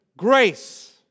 Grace